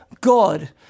God